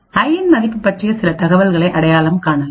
ஐ இன் மதிப்பு பற்றிய சில தகவல்களை அடையாளம் காணலாம்